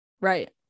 Right